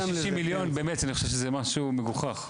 באמת, אני חושב שזה משהו מגוחך.